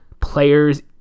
players